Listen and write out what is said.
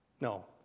No